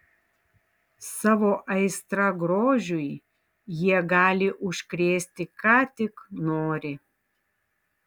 savo aistra grožiui jie gali užkrėsti ką tik nori